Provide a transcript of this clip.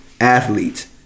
athlete